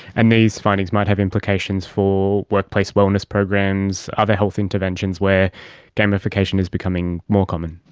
and these findings might have implications for workplace wellness programs, other health interventions, where gamification is becoming more common.